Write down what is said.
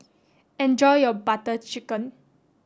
enjoy your Butter Chicken